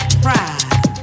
pride